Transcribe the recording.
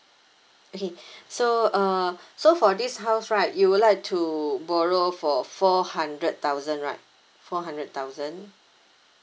okay so uh so for this house right you would like to borrow for four hundred thousand right four hundred thousand